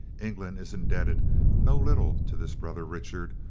england is indebted no little to this brother richard,